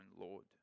Lord